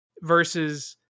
versus